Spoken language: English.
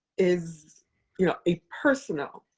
is yeah a personal,